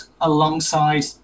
alongside